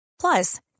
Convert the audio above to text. Plus